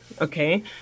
Okay